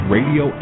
Radio